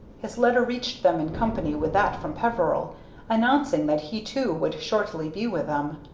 his letter reached them in company with that from peveril announcing that he too would shortly be with them.